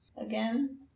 again